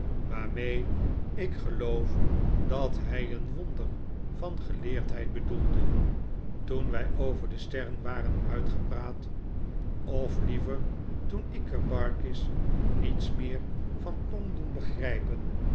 waarmee ik geloof dat hij een wonder van geleerdheid bedoelde toen wij over de sterren waren uitgepraat of liever toen ik er barkis niets meer van kon doen begrijpen